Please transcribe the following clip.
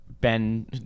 Ben